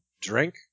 drink